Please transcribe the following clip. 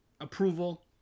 approval